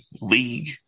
league